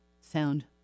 sound